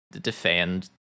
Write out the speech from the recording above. defend